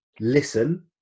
Listen